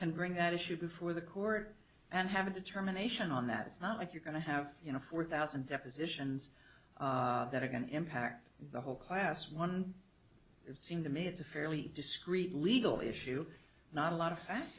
and bring that issue before the court and have a determination on that it's not like you're going to have you know four thousand positions that are going to impact the whole class one it seems to me it's a fairly discrete legal issue not a lot of fa